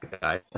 guy